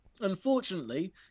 unfortunately